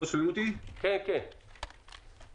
סליחה